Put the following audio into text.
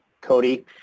Cody